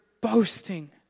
boasting